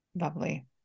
Lovely